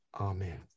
Amen